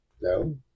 no